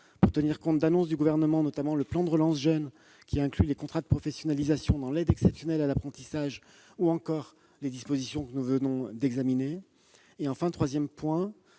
à tenir compte d'annonces du Gouvernement, notamment du plan de relance pour l'emploi des jeunes, qui inclut les contrats de professionnalisation dans l'aide exceptionnelle à l'apprentissage, ou des dispositions que nous venons d'examiner. En troisième lieu,